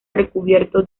recubierto